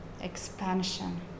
Expansion